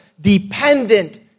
dependent